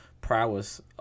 prowess